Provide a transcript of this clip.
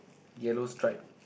yellow stripe